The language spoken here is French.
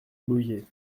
louviers